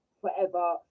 forever